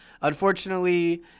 unfortunately